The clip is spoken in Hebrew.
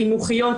חינוכיות,